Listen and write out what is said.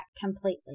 completely